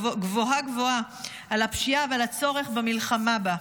גבוהה-גבוהה על הפשיעה ועל הצורך במלחמה בה,